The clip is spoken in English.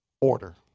order